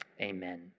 Amen